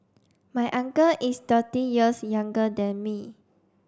my uncle is thirty years younger than me